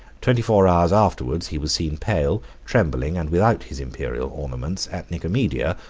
twenty-four hours afterwards he was seen, pale, trembling, and without his imperial ornaments, at nicomedia,